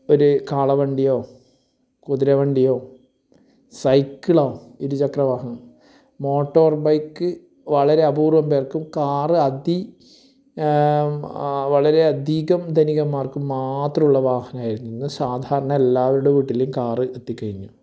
ഒരൂ കാളവണ്ടിയോ കുതിരവണ്ടിയോ സൈക്കിളോ ഇരുചക്ര വാഹനം മോട്ടോർ ബൈക്ക് വളരെ അപൂർവം പേർക്കും കാറ് വളരെ അധികം ധനികന്മാർക്കും മാത്രമുള്ള വാഹനമായിരുന്നു ഇന്ന് സാധാരണ എല്ലാവരുടെ വീട്ടിലും കാറ് എത്തിക്കഴിഞ്ഞു